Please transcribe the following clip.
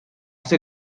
ser